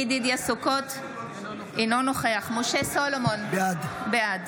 סוכות, אינו נוכח משה סולומון, בעד